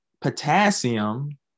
potassium